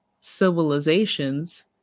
civilizations